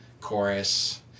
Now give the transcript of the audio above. chorus